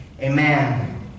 amen